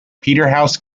peterhouse